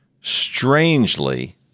strangely